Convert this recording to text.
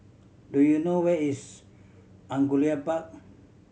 do you know where is Angullia Park